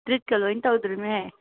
ꯇ꯭ꯔꯤꯠꯀꯥ ꯂꯣꯏ ꯇꯧꯗꯣꯔꯤꯕꯅꯤ ꯍꯦ